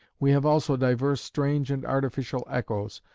we have also divers strange and artificial echoes,